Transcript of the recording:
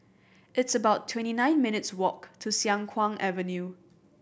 it's about twenty nine minutes' walk to Siang Kuang Avenue